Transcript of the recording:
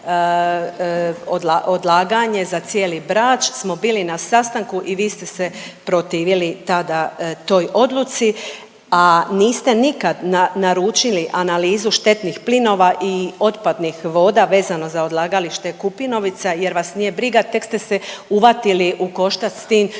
odlaganje za cijeli Brač smo bili na sastanku i vi ste se protivili tada toj odluci, a niste nikad naručili analizu štetnih plinova i otpadnih voda vezano za odlagalište Kupinovica jer vas nije briga. Tek ste se uvatili u koštac s tim